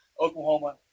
Oklahoma